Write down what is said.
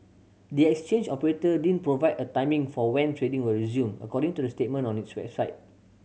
the exchange operator didn't provide a timing for when trading will resume according to the statement on its website